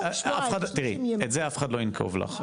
את זה אף אחד לא ינקוב לך.